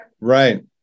Right